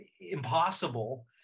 impossible